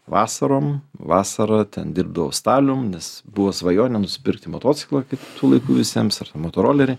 vasarom vasarą ten dirbdavau stalium nes buvo svajonė nusopirkti motociklą kaip tų laikų visiems ar motorolerį